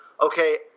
Okay